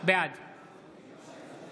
בעד